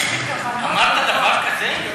כוונות טובות, אמרת דבר כזה?